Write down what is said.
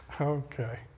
Okay